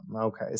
Okay